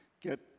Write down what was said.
get